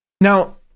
Now